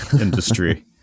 industry